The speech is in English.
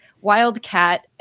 Wildcat